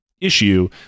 issue